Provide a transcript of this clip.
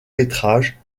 métrages